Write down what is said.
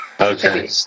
Okay